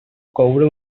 coure